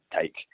take